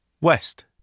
West